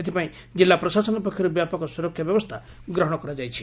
ଏଥ୍ପାଇଁ ଜିଲ୍ଲା ପ୍ରଶାସନ ପକ୍ଷରୁ ବ୍ୟାପକ ସୁରକ୍ଷା ବ୍ୟବସ୍କା ଗ୍ରହଣ କରାଯାଇଛି